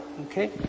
okay